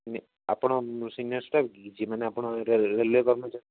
ଆପଣ senior staff କି ଯେ ମାନେ ଆପଣ ରେଲେୱେ କର୍ମଚାରୀ